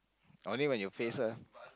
only when your face a